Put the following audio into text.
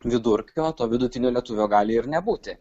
vidurkio to vidutinio lietuvio gali ir nebūti